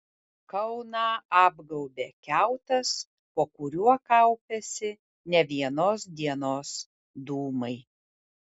kauną apgaubė kiautas po kuriuo kaupiasi ne vienos dienos dūmai